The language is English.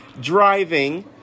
driving